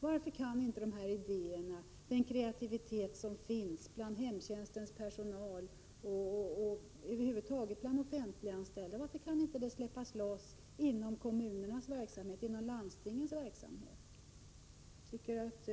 Varför kan inte de här idéerna, den kreativitet som finns hos hemtjänstens personal och över huvud taget bland offentliganställda, släppas loss inom ramen för kommunernas och landstingens verksamhet?